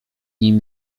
nim